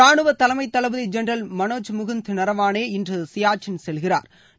ரானுவ தலைமை தளபதி ஜென்ரல் மனோஜ் முகுந்த் நரவானே இன்று சியாச்சின் செல்கிறாா்